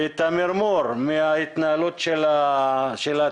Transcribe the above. ואת המרמור מההתנהלות של התאגיד.